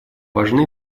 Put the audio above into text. важны